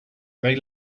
they